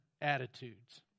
attitudes